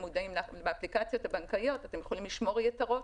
באפליקציות הבנקאיות אתם יכולים לשמור יתרות,